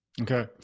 Okay